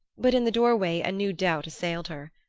but in the doorway a new doubt assailed her.